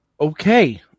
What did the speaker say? Okay